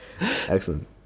excellent